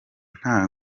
nta